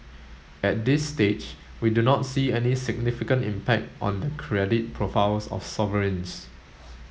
at this stage we do not see any significant impact on the credit profiles of sovereigns